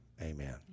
amen